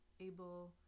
able